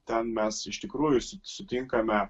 ten mes iš tikrųjų sutinkame